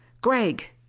gregg!